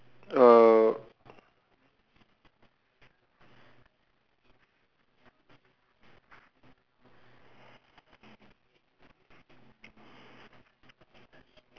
uh